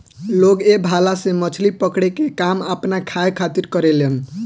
लोग ए भाला से मछली पकड़े के काम आपना खाए खातिर करेलेन